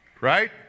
Right